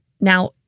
Now